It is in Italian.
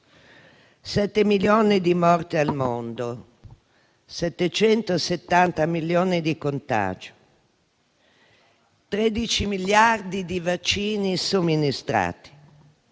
7 milioni di morti al mondo, 770 milioni di contagi, 13 miliardi di vaccini somministrati